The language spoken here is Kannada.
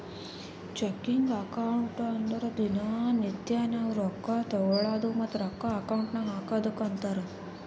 ಚೆಕಿಂಗ್ ಅಕೌಂಟ್ ಅಂದುರ್ ದಿನಾ ನಿತ್ಯಾ ನಾವ್ ರೊಕ್ಕಾ ತಗೊಳದು ಮತ್ತ ರೊಕ್ಕಾ ಅಕೌಂಟ್ ನಾಗ್ ಹಾಕದುಕ್ಕ ಅಂತಾರ್